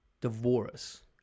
divorce